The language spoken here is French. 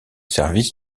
services